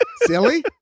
silly